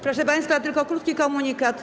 Proszę państwa, tylko krótki komunikat.